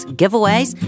giveaways